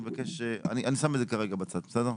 אני מבקש, אני שם את זה כרגע בצד, בסדר?